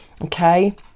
okay